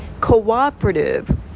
cooperative